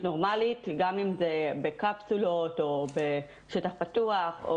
נורמלית, גם אם זה בקפסולות או בשטח פתוח.